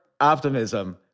Optimism